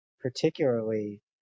particularly